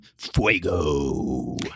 Fuego